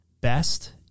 best